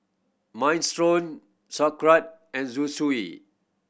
Minestrone Sauerkraut and Zosui